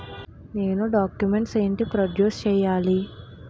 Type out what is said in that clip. నేను డాక్యుమెంట్స్ ఏంటి ప్రొడ్యూస్ చెయ్యాలి?